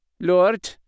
Lord